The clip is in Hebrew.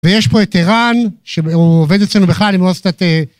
ויש פה את אירן, שהוא עובד אצלנו בכלל, אם לא עשית...